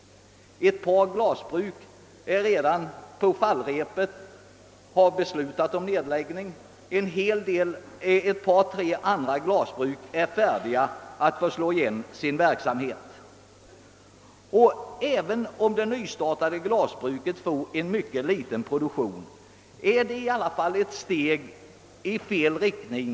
Ett par glasbruk är redan på fallrepet och har beslutat om nedläggning, ett par tre andra är färdiga att slå igen. Även om det nystartade glasbruket får en mycket liten produktion är dess tillkomst i alla fall ett steg i felaktig riktning.